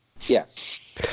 Yes